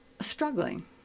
struggling